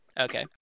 Okay